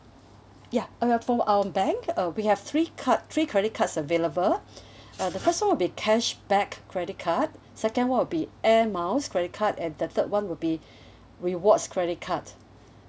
ya uh for our bank uh we have three card three credit cards available uh the first will be cashback credit card second one will be air miles credit card and the third one will be rewards credit card